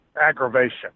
aggravation